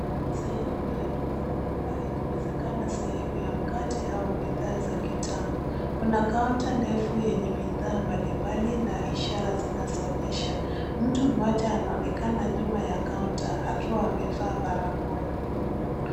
Sehemu ya duka kubwa ikiwezekana sehemu ya mkate au bidhaa za kitamu. Kuna kaunta ndefu yenye bidhaa mbalimbali na ishara zinazoonyesha. Mtu mmoja anaonekana nyuma ya kaunta akiwa amevaa barakoa.